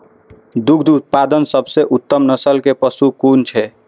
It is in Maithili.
दुग्ध उत्पादक सबसे उत्तम नस्ल के पशु कुन छै?